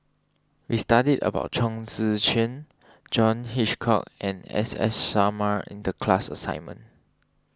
we studied about Chong Tze Chien John Hitchcock and S S Sarma in the class assignment